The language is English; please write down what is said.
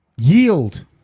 yield